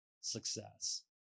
success